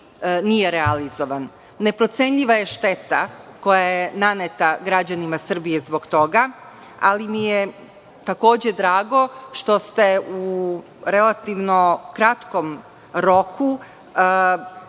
nije realizovan. Neprocenjiva je šteta koja je naneta građanima Srbije zbog toga. Takođe mi je drago što ste u relativno kratkom roku